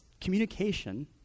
communication